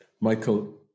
Michael